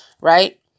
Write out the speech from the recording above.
right